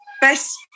best